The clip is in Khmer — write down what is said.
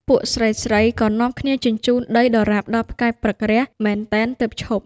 ពួកស្រីៗក៏នាំគ្នាជញ្ជូនដីដរាបដល់ផ្កាយព្រឹករះ មែនទែនទើបឈប់។